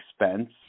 expense